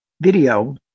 video